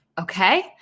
okay